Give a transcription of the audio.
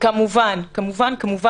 כמובן, כמובן.